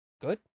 good